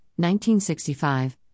1965